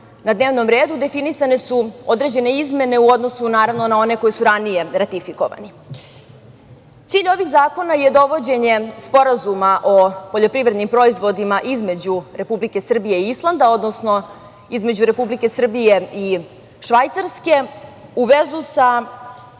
na dnevnom redu, definisane su određene izmene u odnosu na one koje su ranije ratifikovani. Cilj ovih zakona je dovođenje sporazuma o poljoprivrednim proizvodima između Republike Srbije i Islanda odnosno između Republike Srbije i Švajcarske, u vezu sa